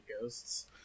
ghosts